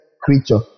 creature